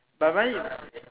but why